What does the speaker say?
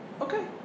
okay